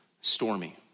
stormy